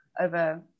over